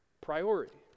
priority